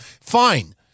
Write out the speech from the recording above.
fine